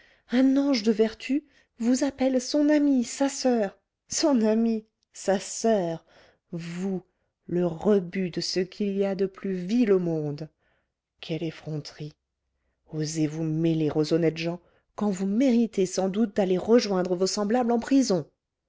un ange de vertu vous appelle son amie sa soeur son amie sa soeur vous le rebut de ce qu'il y a de plus vil au monde quelle effronterie oser vous mêler aux honnêtes gens quand vous méritez sans doute d'aller rejoindre vos semblables en prison